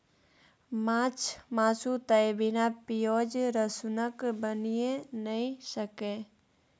माछ मासु तए बिना पिओज रसुनक बनिए नहि सकैए